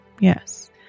Yes